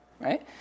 right